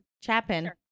Chapin